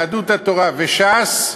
יהדות התורה וש"ס,